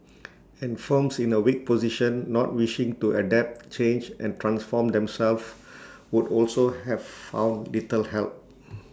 and firms in A weak position not wishing to adapt change and transform themselves would also have found little help